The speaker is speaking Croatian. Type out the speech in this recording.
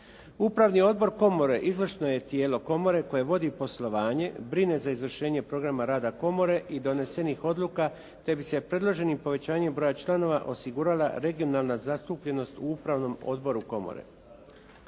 Upravni odbor komore izvršno je tijelo komore koje vodi poslovanje, brine za izvršenje programa rada komore i donesenih odluka, te bi se predloženim povećanjem broja članova osigurala regionalna zastupljenost u upravnom odboru komore.